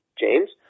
James